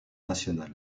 nationale